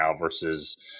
versus